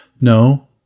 no